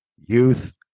Youth